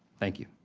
thank you.